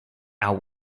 out